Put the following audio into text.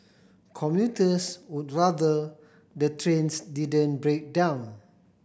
commuters would rather the trains didn't break down